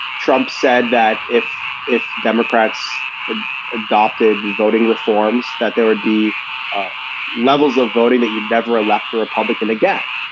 trump said that if if democrats had ah adopted and voting reforms, that there would be ah levels of voting, that you'd never elect a republican again.